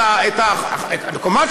כמובן,